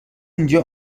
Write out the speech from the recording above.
اینجا